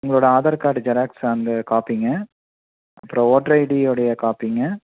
உங்களோடய Aadhaar card xerox அந்த காப்பிங்க அப்புறம் வோட்டர் ஐடியோடைய காப்பிங்க